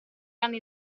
anni